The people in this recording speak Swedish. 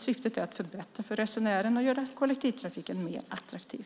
Syftet är att förbättra för resenären och göra kollektivtrafiken mer attraktiv.